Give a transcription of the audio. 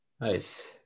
Nice